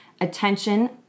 attention